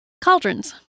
Cauldrons